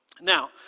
Now